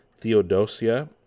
Theodosia